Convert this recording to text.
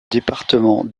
département